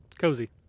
Cozy